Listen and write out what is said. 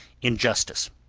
injustice,